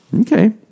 Okay